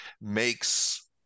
makes